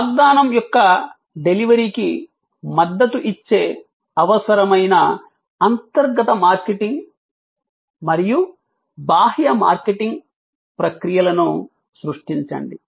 వాగ్దానం యొక్క డెలివరీకి మద్దతు ఇచ్చే అవసరమైన అంతర్గత మార్కెటింగ్ మరియు బాహ్య మార్కెటింగ్ ప్రక్రియలను సృష్టించండి